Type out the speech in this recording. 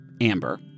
Amber